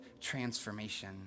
transformation